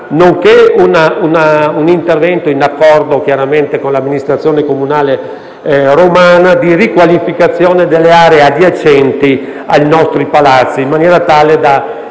chiaramente in accordo con l'amministrazione comunale romana, di riqualificazione delle aree adiacenti ai nostri Palazzi, in maniera tale da